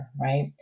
right